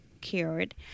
cured